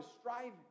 striving